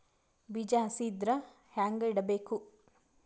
ಬೀಜ ಹಸಿ ಇದ್ರ ಹ್ಯಾಂಗ್ ಇಡಬೇಕು?